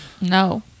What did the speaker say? No